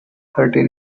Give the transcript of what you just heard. thirteen